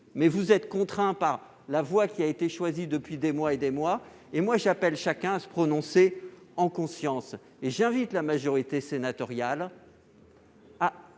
mais vous êtes contraint par la voie qui a été choisie depuis des mois. Pour ma part, j'appelle chacun à se prononcer en conscience et j'invite la majorité sénatoriale à